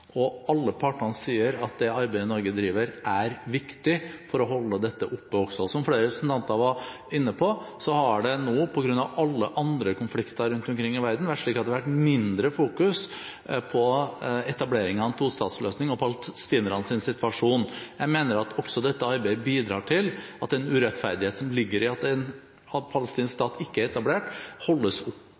tostatsløsning. Alle partene sier at det arbeidet Norge driver, er viktig for å holde dette oppe også. Som flere representanter var inne på, har det nå, på grunn av alle andre konflikter rundt omkring i verden, vært mindre fokus på etablering av en tostatsløsning og palestinernes situasjon. Jeg mener at også dette arbeidet bidrar til at den urettferdighet som ligger i at en palestinsk stat ikke er etablert, holdes